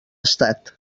estat